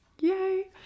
Yay